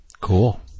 Cool